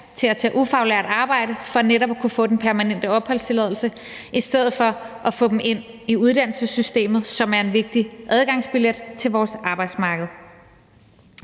til at tage ufaglært arbejde for netop at kunne få den permanente opholdstilladelse, i stedet for at få dem ind i uddannelsessystemet, som er en vigtig adgangsbillet til vores arbejdsmarked.